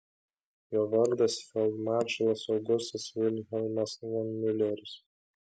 jo vardas feldmaršalas augustas vilhelmas von miuleris